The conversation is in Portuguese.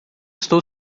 estou